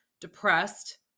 depressed